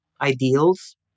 ideals